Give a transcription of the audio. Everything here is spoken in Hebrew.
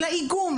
של האיגום,